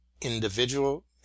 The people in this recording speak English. individual